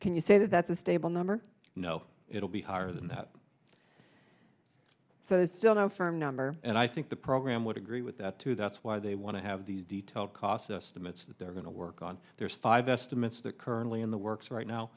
can you say that that's a stable number you know it'll be higher than that so it's still no firm number and i think the program would agree with that too that's why they want to have these detailed cost estimates that they're going to work on there's five estimates they're currently in the works right now